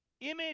Image